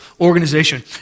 organization